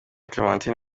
clementine